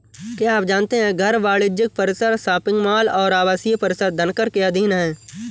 क्या आप जानते है घर, वाणिज्यिक परिसर, शॉपिंग मॉल और आवासीय परिसर धनकर के अधीन हैं?